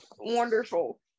wonderful